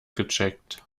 gecheckt